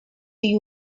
you